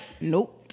nope